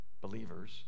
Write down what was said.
believers